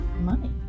money